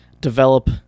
develop